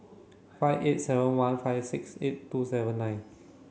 five eight seven one five six eight two seven nine